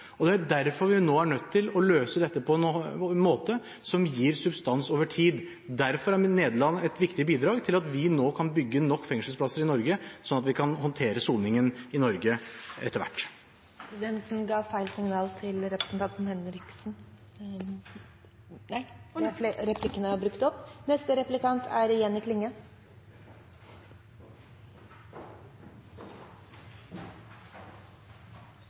og det er derfor vi nå er nødt til å løse dette på en måte som gir substans over tid. Derfor er Nederland et viktig bidrag til at vi nå kan bygge nok fengselsplasser i Norge, sånn at vi kan håndtere soningen i Norge etter hvert. Først kort – som svar til